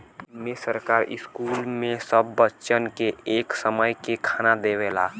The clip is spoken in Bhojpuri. इम्मे सरकार स्कूल मे सब बच्चन के एक समय के खाना देवला